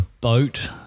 boat